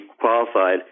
qualified